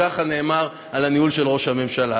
ככה נאמר על הניהול של ראש הממשלה.